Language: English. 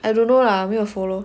I don't know lah 没有 follow